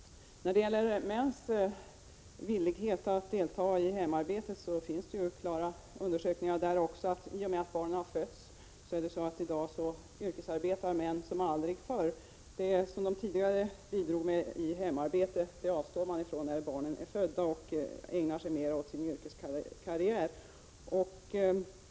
När det gäller mäns villighet att delta i hemarbetet finns ju undersökningar som klart visar att i och med att barnen har fötts yrkesarbetar nu män som aldrig förr. Det som man tidigare bidragit med när det gäller hemarbete 109 avstår man från när barnen är födda, och man ägnar sig mer åt sin yrkeskarriär.